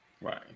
right